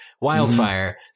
wildfire